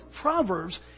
Proverbs